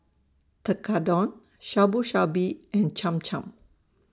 Tekkadon Shabu Shabu and Cham Cham